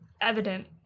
evident